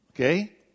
Okay